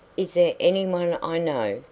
is there anyone i know?